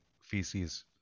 feces